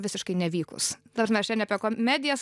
visiškai nevykus ta prasme aš čia ne komedijas